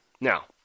Now